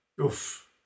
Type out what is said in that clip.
Oof